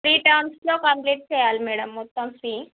three టెర్మ్స్లో complete చెయ్యాలి madam మొత్తం ఫీ